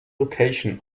location